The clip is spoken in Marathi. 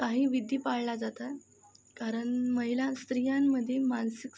काही विधी पाळले जातात कारण महिला स्त्रियांमध्ये मानसिक